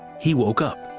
he woke up.